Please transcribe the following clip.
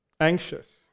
anxious